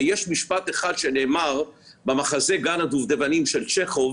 ויש משפט אחד שנאמר במחזה 'גן הדובדבנים' של צ'כוב,